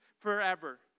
forever